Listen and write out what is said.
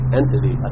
entity